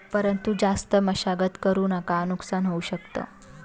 परंतु जास्त मशागत करु नका नुकसान होऊ शकत